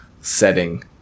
setting